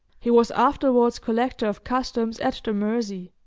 he was afterwards collector of customs at the mersey.